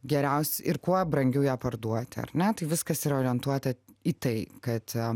geriaus ir kuo brangiau ją parduoti ar ne tai viskas yra orientuota į tai kad